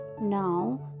Now